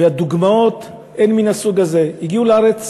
והדוגמאות הן מן הסוג הזה: הגיעו לארץ,